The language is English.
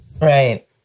Right